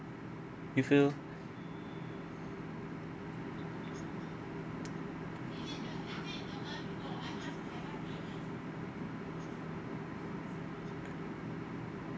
you feel